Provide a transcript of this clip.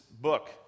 book